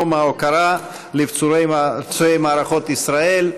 ציון יום ההוקרה לפצועי מערכות ישראל,